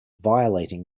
violating